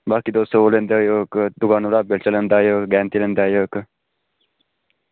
बाकी तुस ओह् लेयांदे आएओ इक दकानै उप्परा बेलचा लैंदे आएओ गैंती लैंदे आएओ इक